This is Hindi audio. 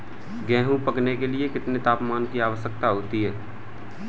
गेहूँ पकने के लिए कितने तापमान की आवश्यकता होती है?